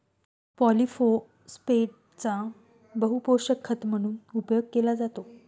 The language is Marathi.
पॉलिफोस्फेटचा बहुपोषक खत म्हणून उपयोग केला जातो